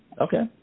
Okay